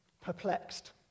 perplexed